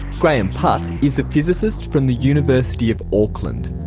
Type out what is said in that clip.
graham putt is a physicist from the university of auckland.